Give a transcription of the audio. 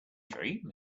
dream